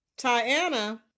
Tiana